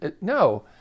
no